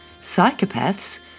Psychopaths